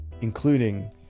Including